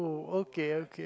okay okay